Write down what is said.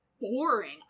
boring